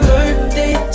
Birthday